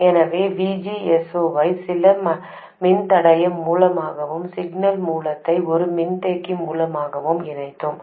எனவே VGS0 ஐ சில மின்தடையம் மூலமாகவும் சிக்னல் மூலத்தை ஒரு மின்தேக்கி மூலமாகவும் இணைத்தோம்